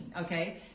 okay